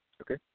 okay